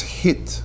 hit